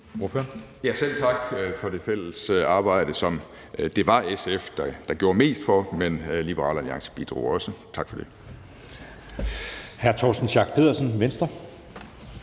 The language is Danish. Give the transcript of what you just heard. Selv tak for det fælles arbejde, som det var SF, der gjorde mest for – tak for det – men Liberal Alliance bidrog også. Kl.